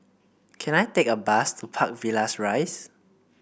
can I take a bus to Park Villas Rise